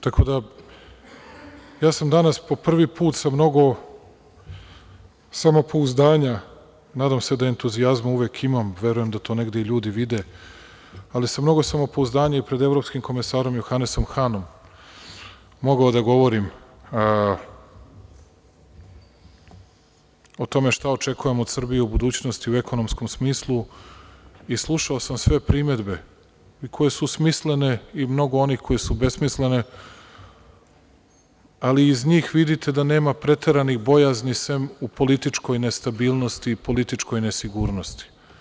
Tako da ja sam danas po prvi put sa mnogo samopouzdanja, nadam se da entuzijazma uvek imam, premda verujem da to ljudi negde i vide, ali sa mnogo samopouzdanja i pred evropskim komesarom Johanesom Hanom mogao da govorim o tome šta očekujem od Srbije u budućnosti u ekonomskom smislu i slušao sam sve primedbe, i koje su smislene i mnogo onih koje su besmislene, ali iz njih vidite da nema preteranih bojazni sem u političkoj nestabilnosti i političke nesigurnosti.